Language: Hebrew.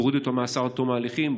תורידו את המאסר עד תום ההליכים,